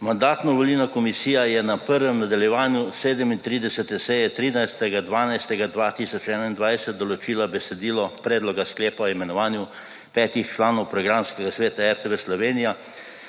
Mandatno-volilna komisija je na prvem nadaljevanju 37. seje 13. 12. 2021 določila besedilo predloga sklepa o imenovanju petih članov Programskega sveta RTV Slovenija,